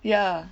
ya